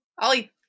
Ollie